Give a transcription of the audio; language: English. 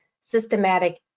systematic